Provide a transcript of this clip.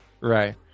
Right